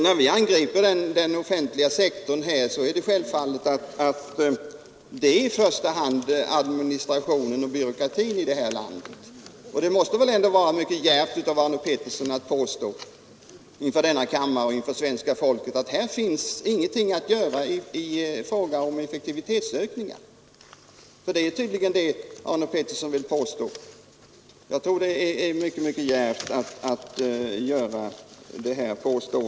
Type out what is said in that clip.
När vi angriper den offentliga sektorn, angriper vi självfallet i första hand administrationen och byråkratin här i landet. Det måste väl vara djärvt av Arne Pettersson att påstå inför denna kammare och inför svenska folket, att här finns ingenting att göra i fråga om effektivitetsökningar. Ty det är tydligen vad Arne Pettersson vill påstå.